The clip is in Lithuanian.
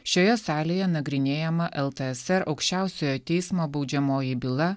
šioje salėje nagrinėjama ltsr aukščiausiojo teismo baudžiamoji byla